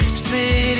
split